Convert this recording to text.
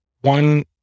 one